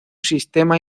sistema